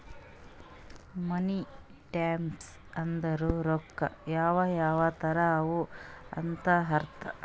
ಮನಿ types ಅಂದುರ್ ರೊಕ್ಕಾ ಯಾವ್ ಯಾವ್ ತರ ಅವ ಅಂತ್ ಅರ್ಥ